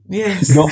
yes